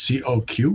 COQ